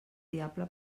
diable